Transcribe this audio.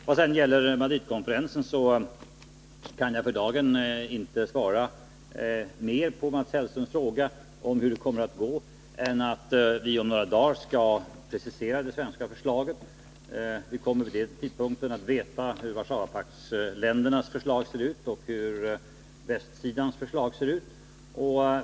Vad sedan gäller Madridkonferensen, kan jag för dagen inte svara mer på Mats Hellströms fråga om hur det kommer att gå där än att säga att vi om några dagar skall precisera det svenska förslaget. Vi kommer vid den tidpunkten att veta hur Warszawapaktsländernas förslag ser ut och hur västsidans förslag ser ut.